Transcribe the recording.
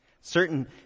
certain